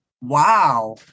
Wow